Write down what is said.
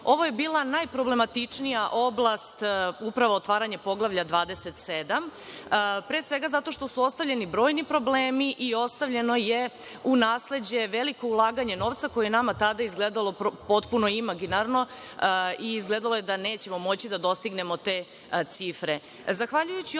ovo je bila najproblematičnija oblast, upravo otvaranje poglavlja 27, pre svega zato što su ostavljeni brojni problemi i ostavljeno je u nasleđe veliko ulaganje novca koje je nama tada izgledalo potpuno imaginarno i izgledalo je da nećemo moći da dostignemo te cifre.